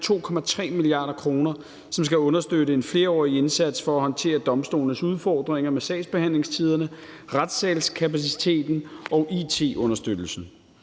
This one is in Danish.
2,3 mia. kr., som skal understøtte en flerårig indsats for at håndtere domstolenes udfordringer med sagsbehandlingstiderne, retssalskapaciteten og it-understøttelsen.